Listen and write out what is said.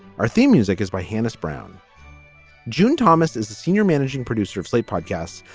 our theme music is by hannah brown june thomas is the senior managing producer of slate podcasts.